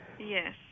Yes